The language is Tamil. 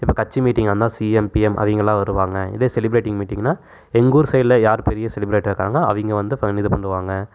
இப்போ கட்சி மீட்டிங்காக இருந்தால் சிஎம் பிஎம் அவங்கள்லாம் வருவாங்க இதே செலிப்ரேடிங் மீட்டிங்கன்னால் எங்கள் ஊர் சைடில் யார் பெரிய செலிபிரிட்டியாக இருக்காங்களோ அவங்க வந்து ஃப இது பண்ணுவாங்க